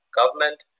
government